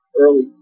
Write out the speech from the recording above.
early